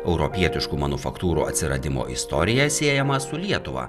europietiškų manufaktūrų atsiradimo istorija siejama su lietuva